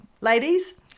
Ladies